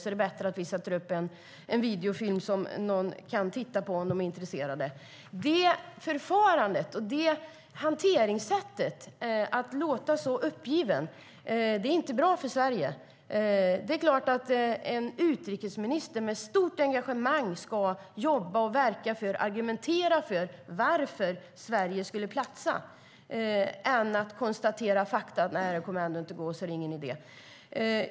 Det är bättre att vi sätter upp en videofilm som någon kan titta på om de är intresserade. Utrikesministerns förfaringssätt och att han låter så uppgiven är inte bra för Sverige. Det är klart att en utrikesminister med ett stort engagemang ska jobba och argumentera för varför Sverige skulle platsa och inte bara konstatera fakta att det ändå inte kommer att gå och att det därför inte är någon idé.